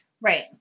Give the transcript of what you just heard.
Right